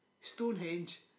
Stonehenge